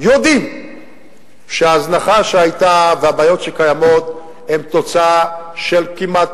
יודעים שההזנחה שהיתה והבעיות שקיימות הן תוצאה של כמעט,